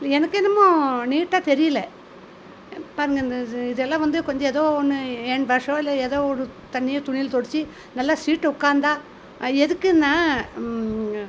எனக்கென்னமோ நீட்டாக தெரியல பாருங்கள் இந்த இது இதெல்லாம் வந்து கொஞ்சம் ஏதோ ஒன்று ஹேண்ட் வாஷோ இல்லை ஏதோ ஒன்று தண்ணியை துணியில் தொடைச்சி நல்லா சீட்டு உக்காந்தால் எதுக்குன்னா